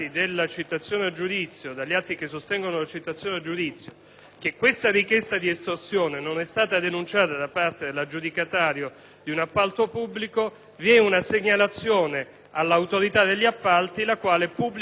che questa richiesta di estorsione non è stata denunciata dall'aggiudicatario di un appalto pubblico, parte una segnalazione all'autorità degli appalti, la quale la pubblica sul sito del proprio osservatorio.